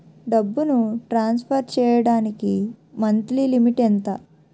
డబ్బును ట్రాన్సఫర్ చేయడానికి monthly limit ఎంత?